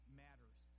matters